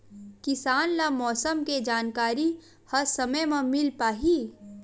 किसान ल मौसम के जानकारी ह समय म मिल पाही?